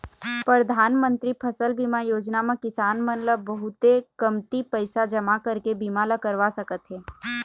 परधानमंतरी फसल बीमा योजना म किसान मन ल बहुते कमती पइसा जमा करके बीमा ल करवा सकत हे